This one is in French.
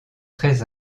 très